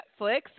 Netflix